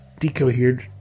decohered